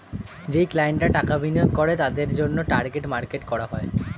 যেই ক্লায়েন্টরা টাকা বিনিয়োগ করে তাদের জন্যে টার্গেট মার্কেট করা হয়